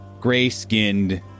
gray-skinned